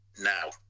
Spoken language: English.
Now